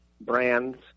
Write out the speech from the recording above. brands